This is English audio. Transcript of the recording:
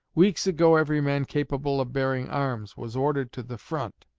weeks ago every man capable of bearing arms was ordered to the front,